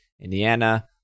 Indiana